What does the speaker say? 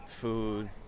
food